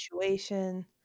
situation